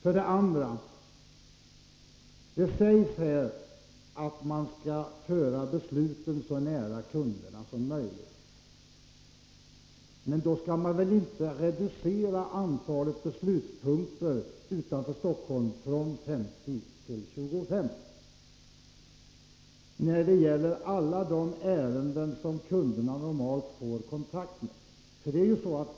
Vidare sägs det att man skall föra besluten så nära kunderna som möjligt. Men då skall man väl inte reducera antalet beslutspunkter utanför Stockholm från 50 till 25 när det gäller alla de ärenden som kunderna normalt får kontakt med!